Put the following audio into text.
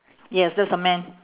yes there's a man